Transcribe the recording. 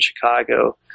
Chicago